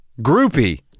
groupie